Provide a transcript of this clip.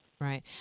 Right